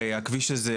הרי הכביש הזה,